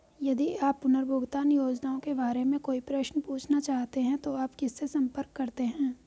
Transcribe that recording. यदि आप पुनर्भुगतान योजनाओं के बारे में कोई प्रश्न पूछना चाहते हैं तो आप किससे संपर्क करते हैं?